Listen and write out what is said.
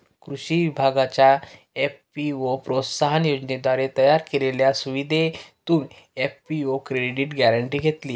कृषी विभागाच्या एफ.पी.ओ प्रोत्साहन योजनेद्वारे तयार केलेल्या सुविधेतून एफ.पी.ओ क्रेडिट गॅरेंटी घेतली